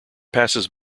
passes